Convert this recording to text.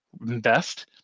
invest